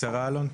בקצרה, אלון.